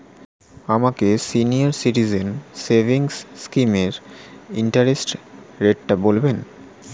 আমাকে senior citizen savings স্কিমের interest রেটটা বলবেন